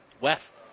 West